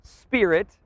spirit